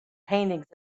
paintings